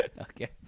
Okay